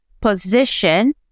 position